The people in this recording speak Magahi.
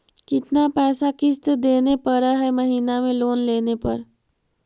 कितना पैसा किस्त देने पड़ है महीना में लोन लेने पर?